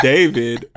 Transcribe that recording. David